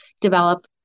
develop